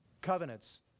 covenants